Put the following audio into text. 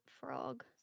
frog